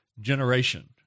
generation